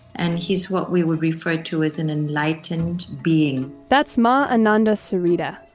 and he's what we would refer to as an enlightened being that's ma ananda sarita.